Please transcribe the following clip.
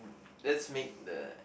that's make the